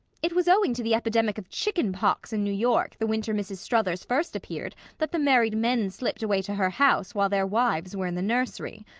it was owing to the epidemic of chicken-pox in new york the winter mrs. struthers first appeared that the married men slipped away to her house while their wives were in the nursery.